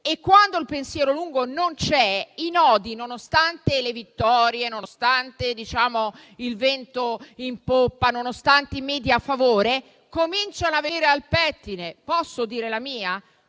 e, quando il pensiero lungo non c'è, i nodi, nonostante le vittorie, nonostante il vento in poppa, nonostante i media a favore, cominciano a venire al pettine. Posso dire la mia?